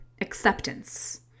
acceptance